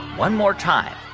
one more time.